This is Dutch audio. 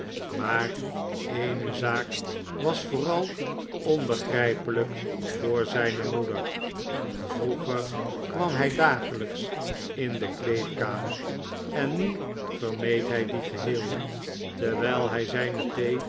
maar eene zaak was vooral onbegrijpelijk voor zijne moeder vroeger kwam hij dagelijks in de kleedkamer en nu vermeed hy die geheel terwy'l hi zijne